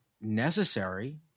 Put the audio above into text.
necessary